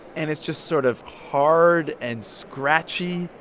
and it's just sort of hard and scratchy.